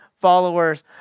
followers